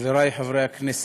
חברי חברי הכנסת,